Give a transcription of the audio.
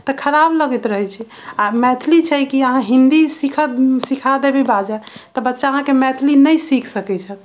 तऽ खराब लगैत रहै छै आ मैथिली छै कि अहाँ हिन्दी सिखब सिखा देबै बाजऽ तऽ बच्चा अहाँके मैथिली नहि सीख सकै छथि